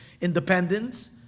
independence